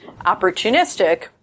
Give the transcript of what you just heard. opportunistic